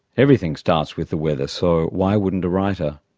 everything starts with the weather so why wouldn't a writer.